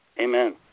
Amen